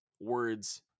words